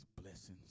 blessings